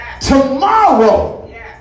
tomorrow